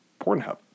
Pornhub